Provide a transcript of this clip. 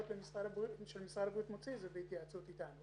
שמשרד הבריאות מוציא זה בהתייעצות איתנו,